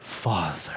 Father